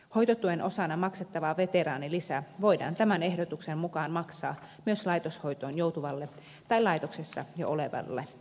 hoitotuen osana maksettavaa veteraanilisää voidaan tämän ehdotuksen mukaan maksaa myös laitoshoitoon joutuvalle tai laitoksessa jo olevalle rintamaveteraanille